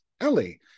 Ellie